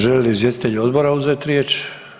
Žele li izvjestitelji odbora uzeti riječ?